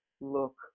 look